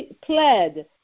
Pled